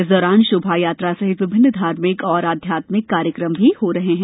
इस दौरान शोभा यात्रा सहित विभिन्न धार्मिक और आध्यात्मिक कार्यक्रम भी हो रहे हैं